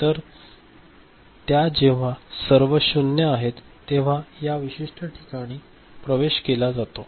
तर त्या जेव्हा सर्व 0 आहेत तेव्हा या विशिष्ट ठिकाणी प्रवेश केला जातो